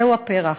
זהו הפרח,